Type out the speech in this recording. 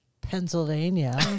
Pennsylvania